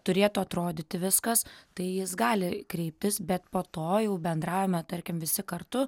turėtų atrodyti viskas tai jis gali kreiptis bet po to jau bendraujame tarkim visi kartu